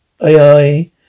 AI